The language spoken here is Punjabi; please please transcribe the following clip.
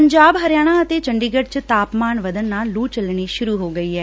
ਪੰਜਾਬ ਹਰਿਆਣਾ ਅਤੇ ਚੰਡੀਗੜ੍ਹ 'ਚ ਤਾਪਮਾਨ ਵਧਨ ਨਾਲ ਲੂ ਚੱਲਣੀ ਸ਼ੁਰੂ ਹੋ ਗਈ ਐ